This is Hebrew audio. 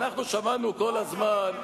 אנחנו שמענו כל הזמן,